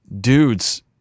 dudes